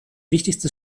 wichtigste